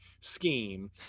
scheme